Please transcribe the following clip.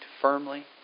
firmly